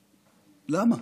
למה?